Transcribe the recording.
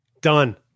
done